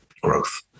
growth